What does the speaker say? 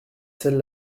celle